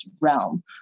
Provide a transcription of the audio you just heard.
realm